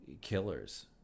killers